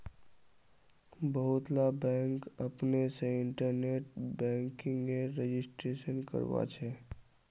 बहुतला बैंक अपने से इन्टरनेट बैंकिंगेर रजिस्ट्रेशन करवाछे